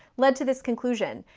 led to this conclusion,